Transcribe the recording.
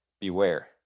beware